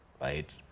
right